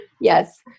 Yes